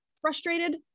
frustrated